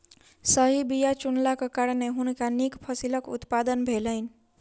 सही बीया चुनलाक कारणेँ हुनका नीक फसिलक उत्पादन भेलैन